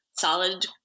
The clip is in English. solid